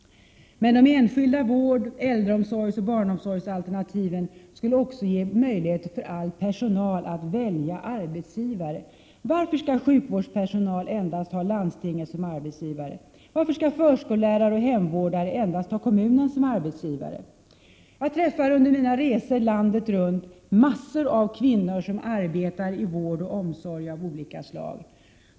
Men de enskilda vård-, äldreomsorgsoch barnomsorgsalternativen skulle också ge möjligheter för all personal att välja arbetsgivare. Varför skall sjukvårdspersonal endast ha landstinget som arbetsgivare? Varför skall förskollärare och hemvårdare endast ha kommunen som arbetsgivare? Jag träffar under mina resor landet runt massor av kvinnor som arbetar i vård och omsorg av olika slag.